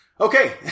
Okay